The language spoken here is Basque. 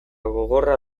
gogorra